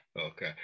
okay